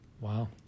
wow